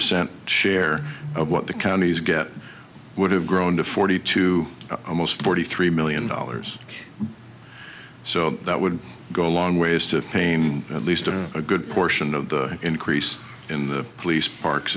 percent share of what the counties get would have grown to forty two almost forty three million dollars so that would go a long ways to pain at least a good portion of the increase in the police parks